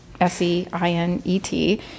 S-E-I-N-E-T